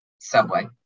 subway